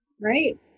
Right